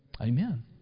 Amen